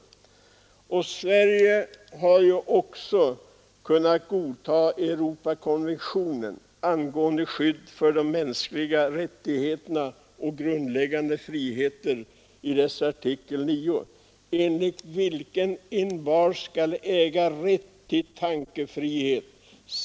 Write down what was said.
Sverige har ju kunnat godta Europakonventionen angående skydd för de mänskliga rättigheterna och de grundläggande friheterna, som i artikel 9 säger att ”envar skall äga rätt till tankefrihet, samvetsfrihet och religionsfrihet.